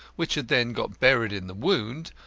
which had then got buried in the wound,